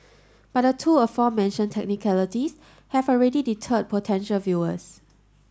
but the two aforementioned technicalities have already deterred potential viewers